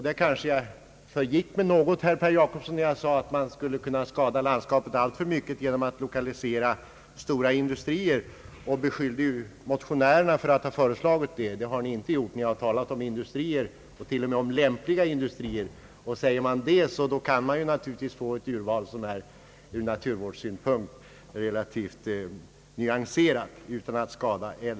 Där kanske jag förgick mig något, herr Jacobsson, när jag sade att man skulle kunna skada landskapet alltför mycket genom att lokalisera stora industrier och beskyllde motionärerna för att ha föreslagit detta. Det har ni inte gjort. Ni har talat om industrier och t.o.m. om lämpliga industrier. Säger man så, kan man naturligtvis få ett urval, som ur naturvårdssynpunkt är relativt nyanserat och inte skadar älven.